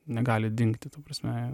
negali dingti ta prasme